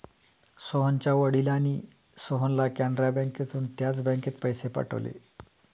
सोहनच्या वडिलांनी सोहनला कॅनरा बँकेतून त्याच बँकेत पैसे पाठवले